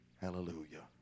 Hallelujah